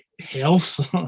health